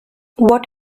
what